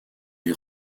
les